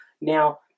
now